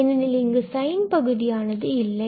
ஏனெனில் இங்கு சைன் பகுதியானது இல்லை